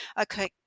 okay